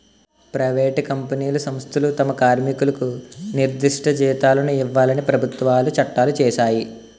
private కంపెనీలు సంస్థలు తమ కార్మికులకు నిర్దిష్ట జీతాలను ఇవ్వాలని ప్రభుత్వాలు చట్టాలు చేశాయి